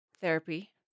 therapy